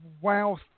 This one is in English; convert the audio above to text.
wow